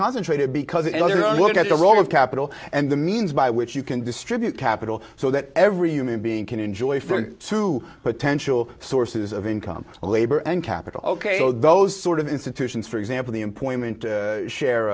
concentrated because another look at the role of capital and the means by which you can distribute capital so that every human being can enjoy to potential sources of income labor and capital ok so those sort of institutions for example the employment share shar